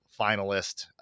finalist